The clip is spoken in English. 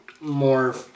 more